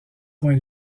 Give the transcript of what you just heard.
point